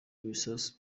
ibisasu